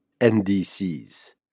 NDCs